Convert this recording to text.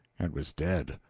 and was dead.